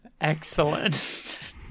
Excellent